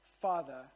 Father